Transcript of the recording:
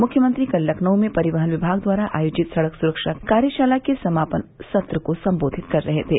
मुख्यमंत्री कल लखनऊ में परिवहन विमाग द्वारा आयोजित सड़क सुरक्षा कार्यशाला के समापन सत्र को सम्बोधित कर रहे थे